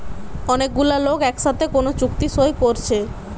অনেক গুলা লোক একসাথে কোন চুক্তি সই কোরছে